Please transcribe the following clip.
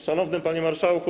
Szanowny Panie Marszałku!